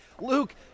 Luke